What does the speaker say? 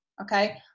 Okay